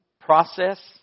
process